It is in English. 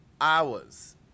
hours